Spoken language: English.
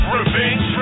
revenge